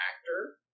actor